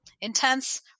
intense